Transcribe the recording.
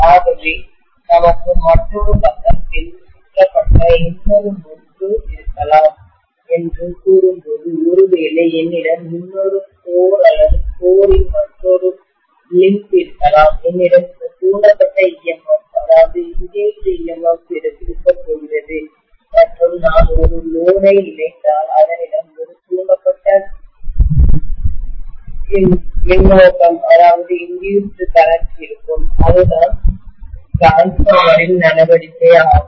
ஆகவே நமக்கு மற்றொரு பக்கத்தில் சுற்றப்பட்ட இன்னொரு முறுக்கு இருக்கலாம் என்று கூறும்போது ஒருவேளை என்னிடம் இன்னொரு கோர் அல்லது கோரின் மற்றொரு மூட்டுலிம்ப் இருக்கலாம் என்னிடம் சில தூண்டப்பட்ட EMF இன்டியூஸ்டு EMF இருக்கப்போகிறது மற்றும் நான் ஒரு சுமையை லோடை இணைத்தால் அதனிடம் ஒரு தூண்டப்பட்ட மின்னோட்டம் இன்டியூஸ்டு கரண்ட் இருக்கும் அதுதான் மின்மாற்றியின் டிரான்ஸ்பார்மரின் நடவடிக்கை ஆகும்